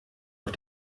auf